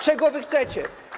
Czego wy chcecie?